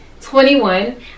21